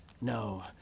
No